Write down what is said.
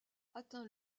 atteint